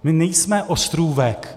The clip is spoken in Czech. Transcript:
My nejsme ostrůvek.